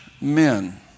men